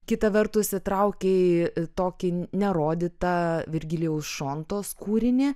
kita vertus įtraukei į tokį nerodytą virgilijaus šontos kūrinį